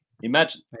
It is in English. Imagine